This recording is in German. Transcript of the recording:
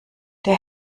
der